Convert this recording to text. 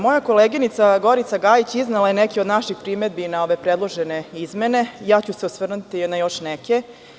Moja koleginica Gorica Gajić iznela je neke od naših primedbi na ove predložene izmene, ja ću se osvrnuti se na još neke.